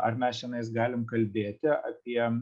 ar mes čionais galim kalbėti apie